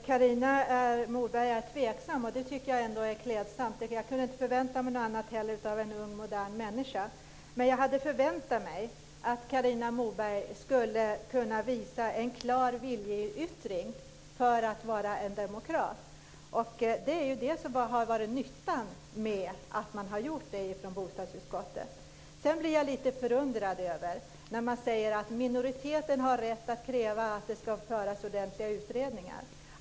Fru talman! Carina Moberg är tveksam. Det är klädsamt. Jag förväntade mig inte heller något annat av en ung modern människa. Men jag hade förväntat mig att Carina Moberg skulle visa en klar viljeyttring för att vara en demokrat. Det är det som har varit nyttan med agerandet i bostadsutskottet. Jag blir lite förundrad när man säger att minoriteten har rätt att kräva att det ska göras ordentliga utredningar.